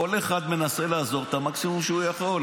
כל אחד מנסה לעזור במקסימום שהוא יכול,